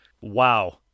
Wow